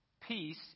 peace